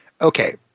okay